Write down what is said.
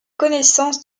connaissance